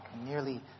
nearly